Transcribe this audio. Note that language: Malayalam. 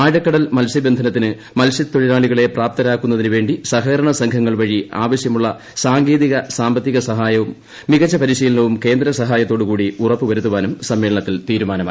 ആഴക്കടൽ മത്സ്യബസ്ഢനത്തീന് മത്സ്യത്തൊഴിലാളികളെ പ്രാപ്തരാക്കുന്നതിന് പ്പേണ്ടി സഹകരണ സംഘങ്ങൾ വഴി ആവശ്യമുള്ള സാങ്കേതീക സാമ്പത്തീക സഹായവും മികച്ച പരിശീലനവും കേന്ദ്ര സഹായത്തോടുകൂടി ഉറപ്പ് വരുത്തുവാനും സമ്മേളനത്തിൽ തീരുമാനമായി